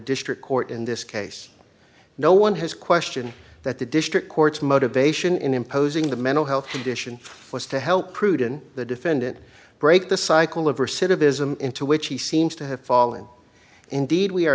district court in this case no one has question that the district courts motivation in imposing the mental health condition was to help cruden the defendant break the cycle of or citizen into which he seems to have fallen indeed we are